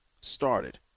Started